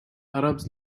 arabs